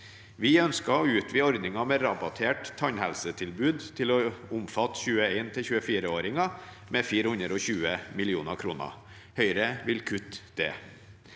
Vi ønsker å utvide ordningen med rabattert tannhelsetilbud til å omfatte 21–24-åringer med 420 mill.kr. Høyre vil kutte det.